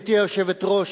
גברתי היושבת-ראש,